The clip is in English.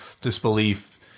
disbelief